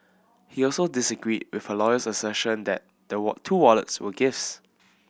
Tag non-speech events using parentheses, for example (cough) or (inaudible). he also disagreed with her lawyer's assertion that the (unintelligible) two wallets were gifts